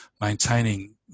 maintaining